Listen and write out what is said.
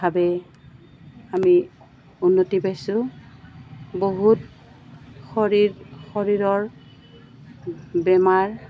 ভাৱে আমি উন্নতি পাইছোঁ বহুত শৰীৰ শৰীৰৰ বেমাৰ